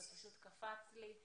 זה פשוט קפץ לי,